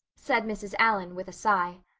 said mrs. allan with a sigh.